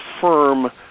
firm